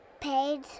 page